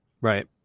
Right